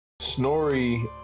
Snorri